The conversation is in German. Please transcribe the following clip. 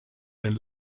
den